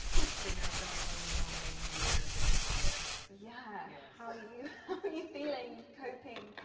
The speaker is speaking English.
it's been a very overwhelming year and a bit. yes. yeah are you ah but you feeling coping?